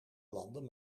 landen